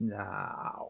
now